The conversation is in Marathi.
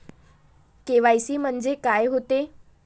के.वाय.सी म्हंनजे का होते?